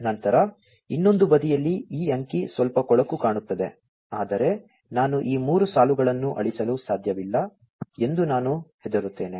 ನಂತರ ಇನ್ನೊಂದು ಬದಿಯಲ್ಲಿ ಈ ಅಂಕಿ ಸ್ವಲ್ಪ ಕೊಳಕು ಕಾಣುತ್ತದೆ ಆದರೆ ನಾನು ಈ 3 ಸಾಲುಗಳನ್ನು ಅಳಿಸಲು ಸಾಧ್ಯವಿಲ್ಲ ಎಂದು ನಾನು ಹೆದರುತ್ತೇನೆ